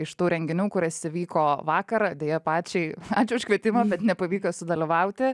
iš tų renginių kuris įvyko vakar deja pačiai ačiū už kvietimą bet nepavyko sudalyvauti